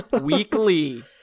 weekly